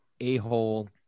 a-hole